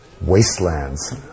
wastelands